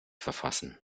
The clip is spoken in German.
verfassen